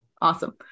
Awesome